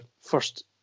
first